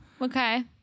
Okay